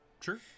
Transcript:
sure